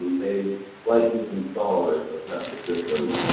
they license installers of septic systems.